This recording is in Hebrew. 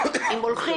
אם הולכים,